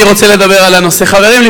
אני רוצה לדבר על הנושא: חברים,